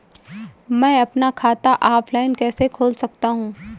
मैं अपना खाता ऑफलाइन कैसे खोल सकता हूँ?